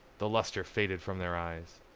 the luster faded from their eyes.